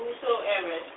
whosoever